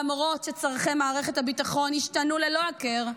ולמרות שצורכי מערכת הביטחון השתנו ללא הכר,